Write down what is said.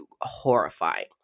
horrifying